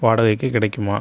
வாடகைக்கு கிடைக்குமா